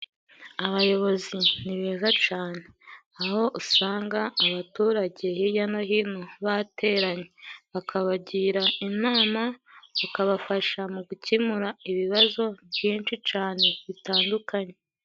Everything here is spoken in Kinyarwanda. Abayobozi ni beza cane aho usanga abaturage hirya no hino bateranye bakabagira inama bakabafasha mu gukemura ibibazo byinshi cane bitandukanye